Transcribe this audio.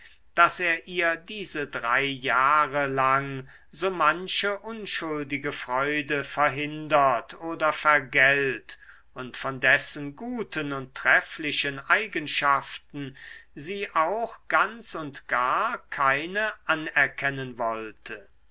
daß er ihr diese drei jahre lang so manche unschuldige freude verhindert oder vergällt und von dessen guten und trefflichen eigenschaften sie auch ganz und gar keine anerkennen wollte